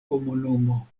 komunumo